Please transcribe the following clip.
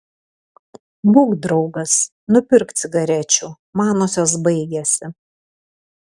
būk draugas nupirk cigarečių manosios baigėsi